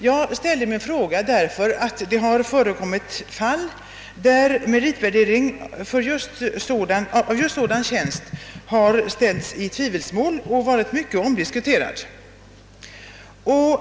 Jag ställde min fråga därför att det har förekommit fall där meritvärdering för just sådan tjänst har ställts i tvivelsmål och varit mycket omdiskuterad.